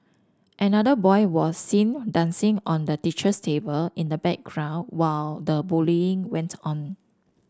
another boy was seen dancing on the teacher's table in the background while the bullying went on